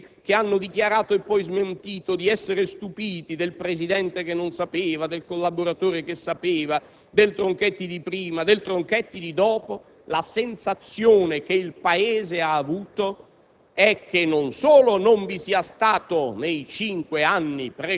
occulta, ma non tanto, nella maggioranza, il risentimento di Ministri che hanno dichiarato e poi smentito di essere stupiti del Presidente che non sapeva, del collaboratore che invece sapeva, del Tronchetti di prima e del Tronchetti di dopo. La sensazione che il Paese ha provato